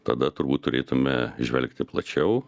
tada turbūt turėtume žvelgti plačiau